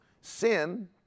sin